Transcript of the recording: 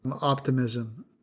optimism